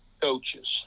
coaches